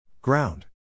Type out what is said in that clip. Ground